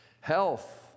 health